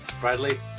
Bradley